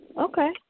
Okay